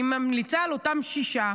אני ממליצה על אותם שישה,